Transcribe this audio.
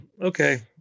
Okay